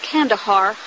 Kandahar